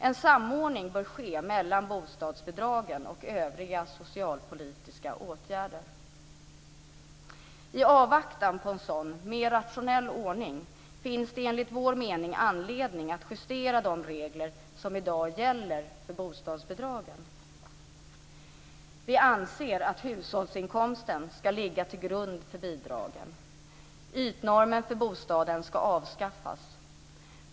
En samordning bör ske mellan bostadsbidragen och övriga socialpolitiska åtgärder. I avvaktan på en sådan mer rationell ordning finns enligt vår mening anledning att justera de regler som i dag gäller för bostadsbidragen. Vi anser att hushållsinkomsten ska ligga till grund för bidragen. Ytnormen för bostaden ska avskaffas.